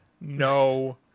No